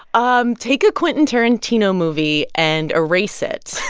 um take a quentin tarantino movie, and erase it.